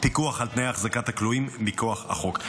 פיקוח על תנאי החזקת הכלואים מכוח החוק.